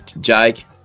Jake